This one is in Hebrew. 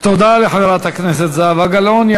תודה לחברת הכנסת זהבה גלאון.